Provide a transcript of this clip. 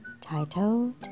Titled